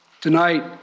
Tonight